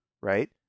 right